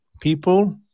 people